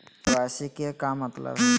KYC के का मतलब हई?